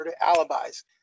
Alibis